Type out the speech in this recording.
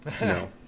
No